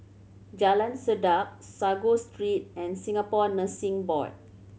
Jalan Sedap Sago Street and Singapore Nursing Board